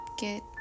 get